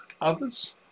others